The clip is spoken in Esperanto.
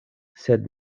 sed